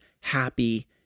happy